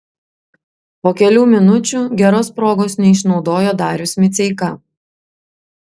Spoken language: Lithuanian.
po kelių minučių geros progos neišnaudojo darius miceika